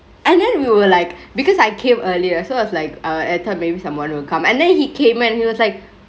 and then we were like because I came earlier so I was like err I thought maybe someone will come and then he came and he was like